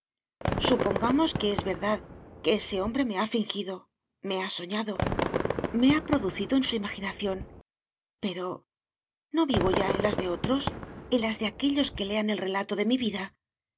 supongamos que es verdad que ese hombre me ha fingido me ha soñado me ha producido en su imaginación pero no vivo ya en las de otros en las de aquellos que lean el relato de mi vida y